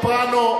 הסופרנו,